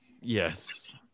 Yes